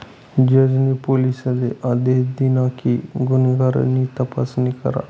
जज नी पोलिसले आदेश दिना कि गुन्हेगार नी तपासणी करा